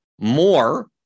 more